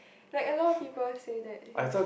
like a lot of people say that his